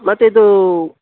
ಮತ್ತಿದು